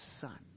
Son